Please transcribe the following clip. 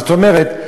זאת אומרת,